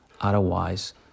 Otherwise